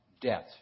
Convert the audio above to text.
death